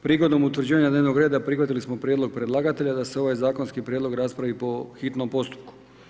Prigodom utvrđivanja dnevnog reda prihvatili smo prijedlog predlagatelja da se ovaj zakonski prijedlog raspravi po hitnom postupku.